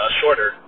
shorter